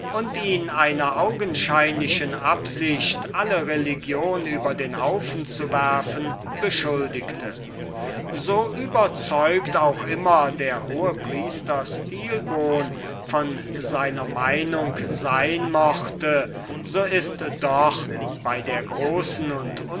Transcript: und ihn einer augenscheinlichen absicht alle religion über den haufen zu werfen beschuldigte so überzeugt auch immer der hohepriester stilbon von seinem system war so ist doch bei der großen